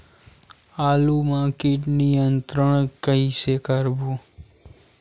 आलू मा कीट नियंत्रण कइसे करबो?